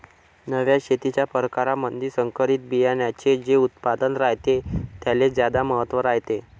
नव्या शेतीच्या परकारामंधी संकरित बियान्याचे जे उत्पादन रायते त्याले ज्यादा महत्त्व रायते